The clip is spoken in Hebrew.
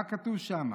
מה כתוב שם,